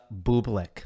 Bublik